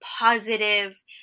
positive